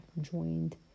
joined